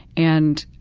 and